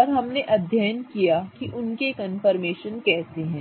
और हमने अध्ययन किया है कि उनके कन्फर्मेशन कैसे हैं